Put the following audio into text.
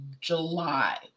July